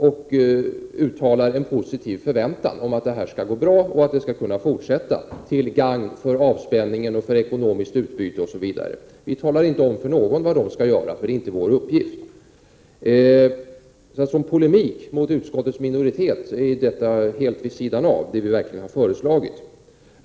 Vi uttalar en positiv förväntan om att detta skall gå bra och att det skall kunna fortsätta till gagn för bl.a. avspänningen och det ekonomiska utbytet. Det är inte vår uppgift att tala om för någon vad han skall göra. Som polemik mot utskottets minoritet är detta helt vid sidan av vad vi verkligen har föreslagit.